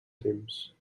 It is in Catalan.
temps